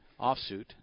offsuit